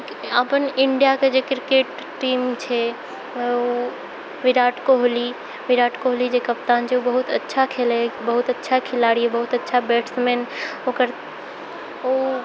अपन इण्डियाके जे क्रिकेट टीम छै ओ विराट कोहली विराट कोहली जे कप्तान छै ओ अच्छा खेलेयै बहुत अच्छा खिलाड़ी यऽ बहुत अच्छा बैट्समैन ओकर ओ